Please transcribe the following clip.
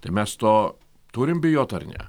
tai mes to turim bijot ar ne